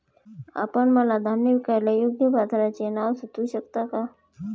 आपण मला धान्य विकायला योग्य बाजाराचे नाव सुचवू शकता का?